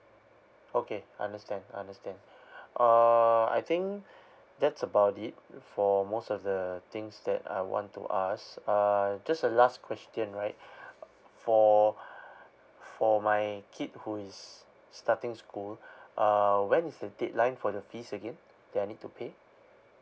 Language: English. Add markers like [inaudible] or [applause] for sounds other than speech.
okay understand understand uh I think that's about it for most of the things that I want to ask uh just a last question right [breath] for [breath] for my kid who is starting school uh when is the deadline for the fees again that I need to pay